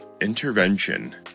Intervention